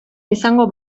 izango